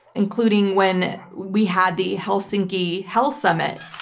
including when we had the helsinki hell summit,